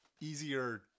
easier